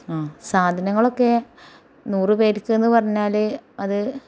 സാധനങ്ങളൊക്കെ നൂറു പേർക്ക് എന്ന് പറഞ്ഞാൽ അത്